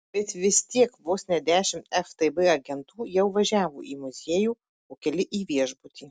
bet vis tiek vos ne dešimt ftb agentų jau važiavo į muziejų o keli į viešbutį